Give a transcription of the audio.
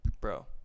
Bro